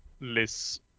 less